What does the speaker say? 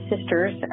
sisters